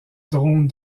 drones